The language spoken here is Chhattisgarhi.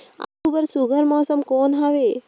आलू बर सुघ्घर मौसम कौन हवे?